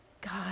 God